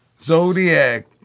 Zodiac